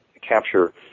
capture